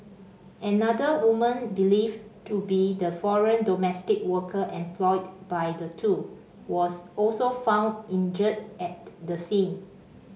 another woman believed to be the foreign domestic worker employed by the two was also found injured at the scene